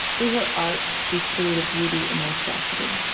through her art, she's created beauty in monstrosity.